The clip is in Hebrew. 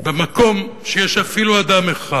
במקום שיש אפילו אדם אחד